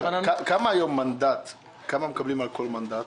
כמה מקבלים היום על כל מנדט?